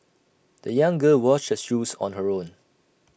the young girl washed her shoes on her own